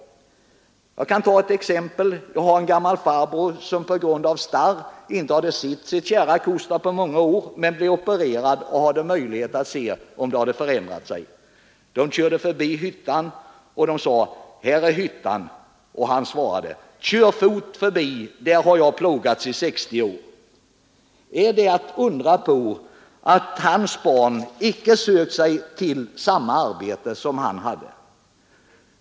Jag kan ta ett exempel. Jag har en gammal farbror som på grund av starr inte hade sett sitt kära Kosta på många år. Han blev opererad och hade möjlighet att se om t.ex. arbetsplatsen hade förändrats. Man körde förbi hyttan med honom och pekade ut den. Han svarade: ”Kör fort förbi, där har jag plågats i 60 år.” Är det att undra på att hans barn icke söker sig till samma arbete som han hade?